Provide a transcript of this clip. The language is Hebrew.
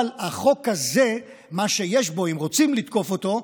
אבל החוק הזה, מה שיש בו, אם רוצים לתקוף אותו,